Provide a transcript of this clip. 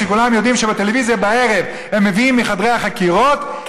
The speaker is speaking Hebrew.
שכולם יודעים שבטלוויזיה בערב הם מביאים מחדרי החקירות,